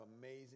amazing